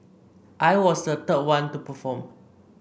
I was the third one to perform